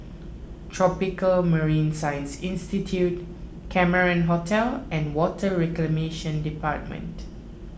Tropical Marine Science Institute Cameron Hotel and Water Reclamation Department